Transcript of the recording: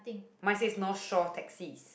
mine says no shore taxi